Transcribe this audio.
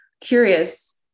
Curious